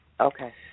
Okay